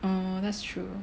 oh that's true